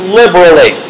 liberally